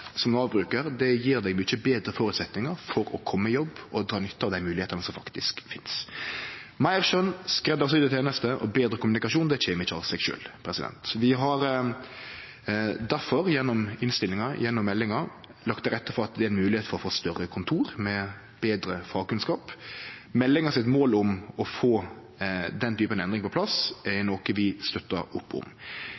som Nav-brukar gjev deg mykje betre føresetnader for å kome i jobb og å dra nytte av dei moglegheitene som faktisk finst. Meir skjøn, skreddarsydde tenester og betre kommunikasjon kjem ikkje av seg sjølv. Vi har difor – gjennom innstillinga, gjennom meldinga – lagt til rette for at det er moglegheit for å få større kontor, med betre fagkunnskap. Målet i meldinga om å få den typen endring på plass er noko vi støttar opp om. Det er likevel viktig at ei sånn utvikling er